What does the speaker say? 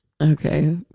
Okay